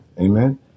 Amen